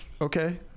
Okay